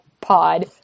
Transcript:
pod